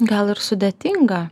gal ir sudėtinga